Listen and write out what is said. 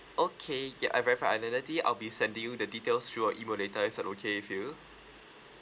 okay ya I verify identity I'll be sending you the details through your email later is that okay with you